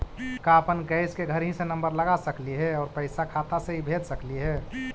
का अपन गैस के घरही से नम्बर लगा सकली हे और पैसा खाता से ही भेज सकली हे?